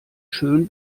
schön